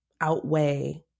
outweigh